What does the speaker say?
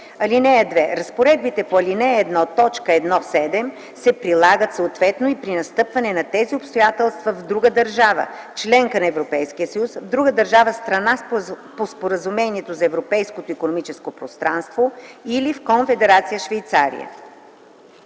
ал. 2: „(2) Разпоредбите на ал. 1, т. 1-7 се прилагат съответно и при настъпване на тези обстоятелства в друга държава – членка на Европейския съюз, в друга държава – страна по Споразумението за Европейското икономическо пространство или в Конфедерация Швейцария.”